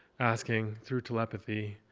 asking through telepathy,